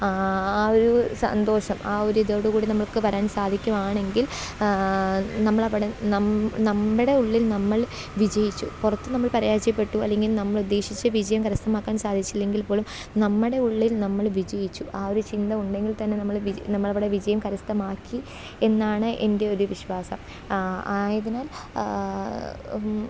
ആ ഒരു സന്തോഷം ആ ഒരിതോടു കൂടി നമുക്ക് വരാന് സാധിക്കുവാണെങ്കില് നമ്മളവിടെ നം നമ്മുടെ ഉള്ളില് നമ്മള് വിജയിച്ചു പുറത്ത് നമ്മള് പരാജയപ്പെട്ടു അല്ലെങ്കില് നമ്മളുദ്ദേശിച്ച വിജയം കരസ്ഥമാക്കാന് സാധിച്ചില്ലെങ്കില് പോലും നമ്മുടെ ഉള്ളില് നമ്മള് വിജയിച്ചു ആ ഒരു ചിന്ത ഉണ്ടെങ്കില് തന്നെ നമ്മള് നമ്മളവിടെ വിജയം കരസ്ഥമാക്കി എന്നാണ് എന്റെ ഒരു വിശ്വാസം ആയതിനാല്